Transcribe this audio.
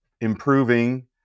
improving